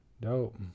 dope